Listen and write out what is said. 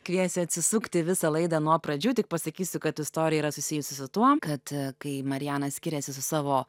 kviesiu atsisukti visą laidą nuo pradžių tik pasakysiu kad istorija yra susijusi su tuom kad a kai mariana skiriasi su savo